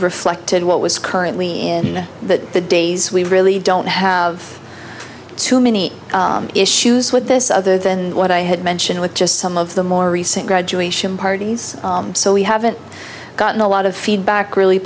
reflected what was currently in that the days we really don't have too many issues with this other than what i had mentioned with just some of the more recent graduates parties so we haven't gotten a lot of feedback really